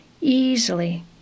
easily